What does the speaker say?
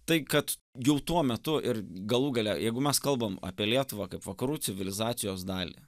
tai kad jau tuo metu ir galų gale jeigu mes kalbam apie lietuvą kaip vakarų civilizacijos dalį